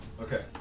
Okay